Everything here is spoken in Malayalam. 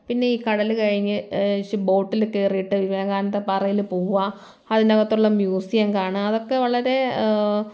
പിന്നെ ഈ കടൽ കഴിഞ്ഞ് ബോട്ടിൽ കയറിയിട്ട് വിവേകാനന്ദപ്പാറയിൽ പോവുക അതിനകത്തുള്ള മ്യൂസിയം കാണുക അതൊക്കെ വളരെ